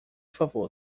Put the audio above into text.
favor